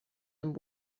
amb